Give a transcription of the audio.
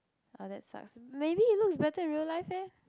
oh that sucks maybe he looks better in real life eh